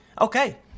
Okay